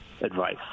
advice